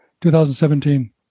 2017